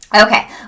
Okay